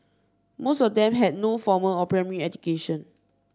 most of them had no formal or primary education